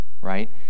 right